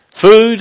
food